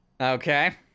Okay